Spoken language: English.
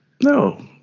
No